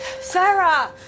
Sarah